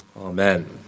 Amen